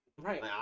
right